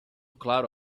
claro